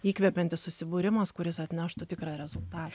įkvepiantis susibūrimas kuris atneštų tikrą rezultatą